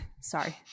Sorry